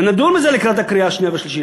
ונדון בזה לקראת הקריאה השנייה והשלישית.